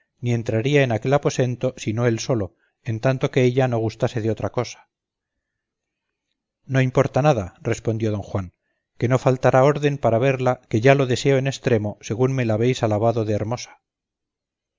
ni entraría en aquel aposento sino él solo en tanto que ella no gustase de otra cosa no importa nada respondió don juan que no faltará orden para verla que ya lo deseo en estremo según me la habéis alabado de hermosa